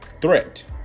threat